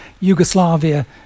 Yugoslavia